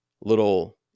little